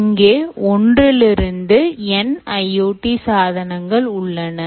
இங்கே 1 இருந்து N IoT சாதனங்கள் உள்ளன